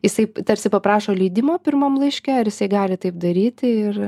jisai tarsi paprašo leidimo pirmam laiške ar jisai gali taip daryti ir